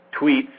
tweets